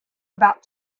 about